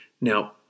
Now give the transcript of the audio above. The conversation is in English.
Now